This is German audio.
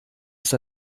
ist